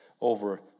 over